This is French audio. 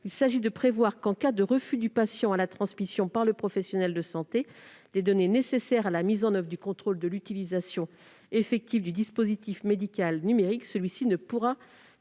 il s'agit de prévoir que, en cas de refus du patient de la transmission par le professionnel de santé des données nécessaires à la mise en oeuvre du contrôle de l'utilisation effective du dispositif médical numérique, celui-ci ne pourra